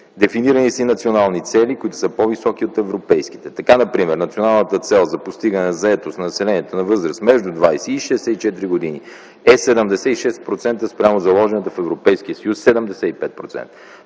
Дефинирани са и национални цели, които са по-високи от европейските. Така например, националната цел за постигане на заетост на населението на възраст между 20 и 64 години е 76% спрямо заложените в Европейския съюз 75%.